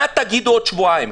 מה תגידו בעוד שבועיים?